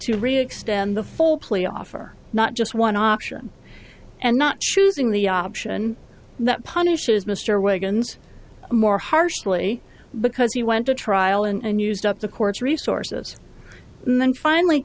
to re extend the full plea offer not just one option and not choosing the option that punishes mr wiggins more harshly because he went to trial and used up the court's resources and then finally